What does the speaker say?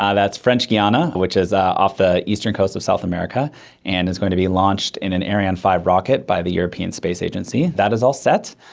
that's french guiana, which is ah off the eastern coast of south america and it's going to be launched in an ariane five rocket by the european space agency. that is all set.